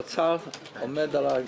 האוצר עומד על הרגלים.